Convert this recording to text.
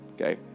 okay